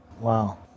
Wow